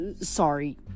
sorry